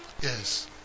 Yes